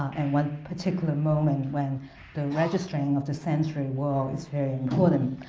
and one particular moment when the registering of the sensory world is very important.